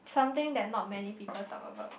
something that not many people talk about